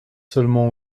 seulement